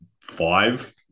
five –